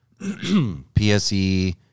PSE